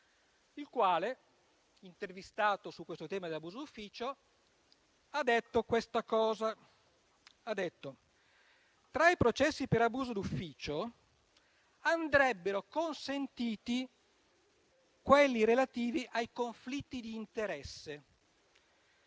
il quale, intervistato sul tema dell'abuso ufficio, ha detto: «tra i processi per abuso d'ufficio andrebbero consentiti quelli relativi ai conflitti di interesse: